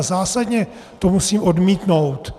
Zásadně to musím odmítnout.